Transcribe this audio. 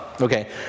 okay